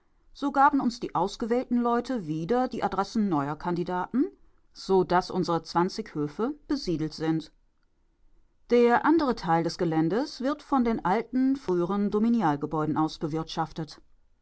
so gaben uns die ausgewählten leute wieder die adressen neuer kandidaten so daß unsere zwanzig höfe besiedelt sind der andere teil des geländes wird von den alten früheren dominialgebäuden aus